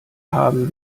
haben